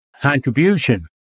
contribution